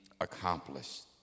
accomplished